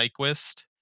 nyquist